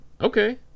Okay